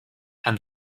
and